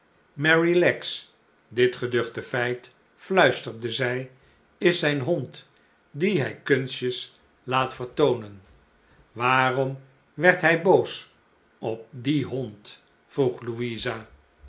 merrylegs dit geduchte feit fluisterde zij is zijn hond dien hij kunstjes laat vertoonen waarom werd hij boos op dien hond vroeg louisa